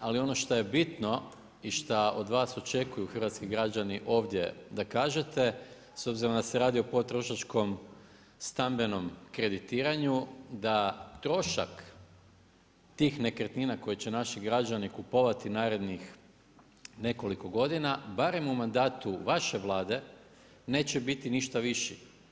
ali ono šta je bitno i šta od vas očekuju hrvatski građani ovdje da kažete, s obzirom da se radi o potrošačkom stambenom kreditiranju, da trošak tih nekretnina, koje će naši građani kupovati narednih nekoliko godina, barem u mandatu vaše Vlade, neće biti ništa viši.